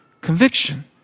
conviction